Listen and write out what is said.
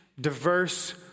diverse